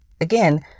again